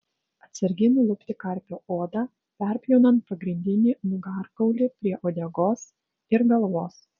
atsargiai nulupti karpio odą perpjaunant pagrindinį nugarkaulį prie uodegos ir galvos